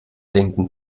denken